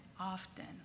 often